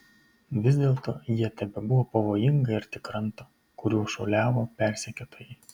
vis dėlto jie tebebuvo pavojingai arti kranto kuriuo šuoliavo persekiotojai